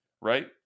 Right